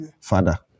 father